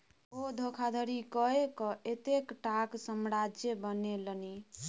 ओ धोखाधड़ी कय कए एतेकटाक साम्राज्य बनेलनि